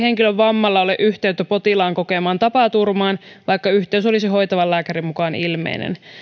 henkilön vammalla ole yhteyttä potilaan kokemaan tapaturmaan vaikka yhteys olisi hoitavan lääkärin mukaan ilmeinen